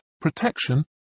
protection